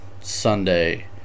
Sunday